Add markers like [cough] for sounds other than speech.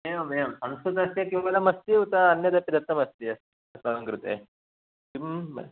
एवमेवं संस्कृतस्य [unintelligible] उत अन्यदपि दत्तमस्ति अस् अस्माकं कृते किम्